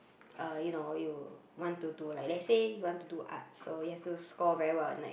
uh you know you want to do like let's say you want to do art so you have to score very well in like